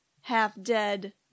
half-dead